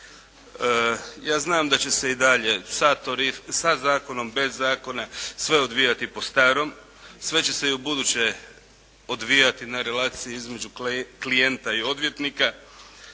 Ja znam da će se i dalje sa zakonom, bez zakona sve odvijati po starom. Sve će se i u buduće odvijati na relaciji između klijenta i odvjetnika.